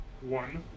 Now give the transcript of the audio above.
one